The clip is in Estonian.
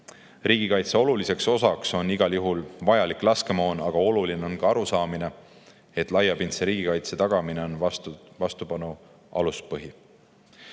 Riigikaitse oluline osa on igal juhul vajalik laskemoon, aga oluline on ka arusaamine, et laiapindse riigikaitse tagamine on vastupanu aluspõhi.